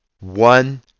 one